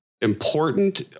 important